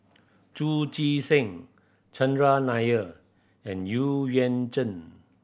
Chu Chee Seng Chandran Nair and Xu Yuan Zhen